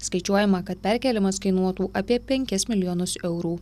skaičiuojama kad perkėlimas kainuotų apie penkis milijonus eurų